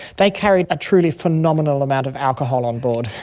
they carried a truly phenomenal amount of alcohol on board.